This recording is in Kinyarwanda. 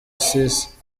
sisi